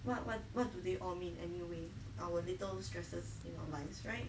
what what what do they all mean anyway our little stresses in our lives right